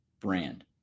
brand